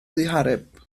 ddihareb